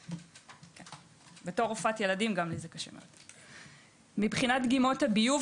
1. מבחינת דגימות הביוב,